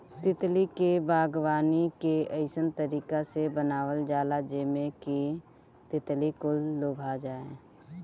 तितली के बागवानी के अइसन तरीका से बनावल जाला जेमें कि तितली कुल लोभा जाये